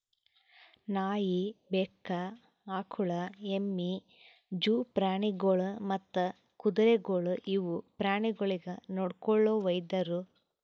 ನಾಯಿ, ಬೆಕ್ಕ, ಆಕುಳ, ಎಮ್ಮಿ, ಜೂ ಪ್ರಾಣಿಗೊಳ್ ಮತ್ತ್ ಕುದುರೆಗೊಳ್ ಇವು ಪ್ರಾಣಿಗೊಳಿಗ್ ನೊಡ್ಕೊಳೋ ವೈದ್ಯರು